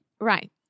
Right